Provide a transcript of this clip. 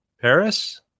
paris